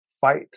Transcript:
fight